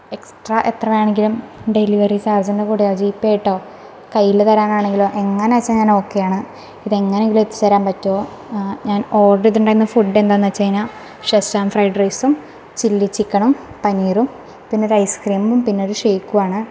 extra എത്ര വേണമെങ്കിലും delivery ചാര്ജിന്റെ കൂടെയൊ ജീപെ ആയിട്ടോ കയ്യിൽ തരാനാണെങ്കിലോ എങ്ങനാച്ചാ ഞാൻ ഓക്കെ ആണ് ഇതെങ്ങനെ എങ്കിലും എത്തിച്ച് തരാന് പറ്റുമോ ഞാന് ഓർഡർ ചെയ്തിട്ടുണ്ടായിരുന്ന ഫുഡ് എന്താണെന്ന് വച്ച് കഴിഞ്ഞാൽ ശെസ്വാന് ഫ്രൈഡ് റൈസും ചില്ലി ചിക്കനും പനീറും പിന്നെ ഒരു ഐസ്ക്രീമും പിന്നെ ഒരു ഷേക്കുമാണ്